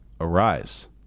arise